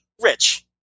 Rich